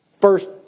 first